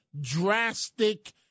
drastic